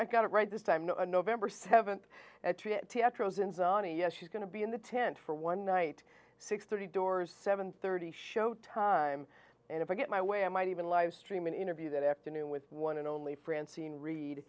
i got it right this time november seventh yes she's going to be in the tent for one night six thirty doors seven thirty show time and if i get my way i might even live stream an interview that afternoon with one and only francine re